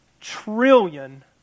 trillion